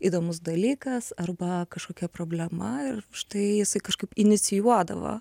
įdomus dalykas arba kažkokia problema ir štai jisai kažkaip inicijuodavo